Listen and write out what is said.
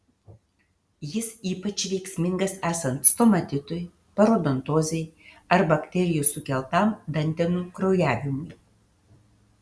jis ypač veiksmingas esant stomatitui parodontozei ar bakterijų sukeltam dantenų kraujavimui